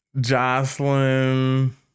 Jocelyn